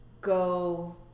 Go